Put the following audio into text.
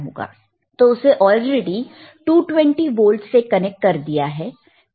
तो उसे already 220 volt से कनेक्ट कर लिया है